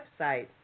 website